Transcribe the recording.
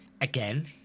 again